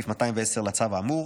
בסעיף 210 לצו האמור,